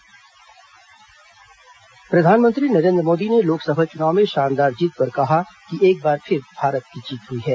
प्रधानमंत्री आभार प्रधानमंत्री नरेन्द्र मोदी ने लोकसभा चुनाव में शानदार जीत पर कहा कि एक बार फिर भारत की जीत हुई है